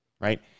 right